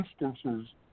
instances